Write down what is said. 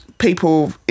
people